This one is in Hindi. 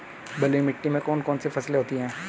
बलुई मिट्टी में कौन कौन सी फसलें होती हैं?